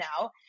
now